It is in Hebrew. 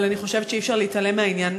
אבל אני חושבת שאי-אפשר להתעלם מהעניין